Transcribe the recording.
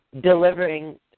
delivering